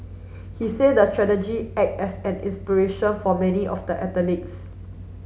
he say the act as an inspiration for many of the athletes